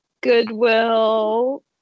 Goodwill